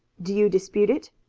do you dispute it?